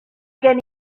gen